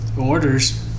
orders